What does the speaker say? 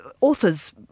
authors